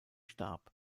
starb